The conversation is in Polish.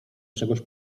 czegoś